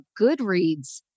Goodreads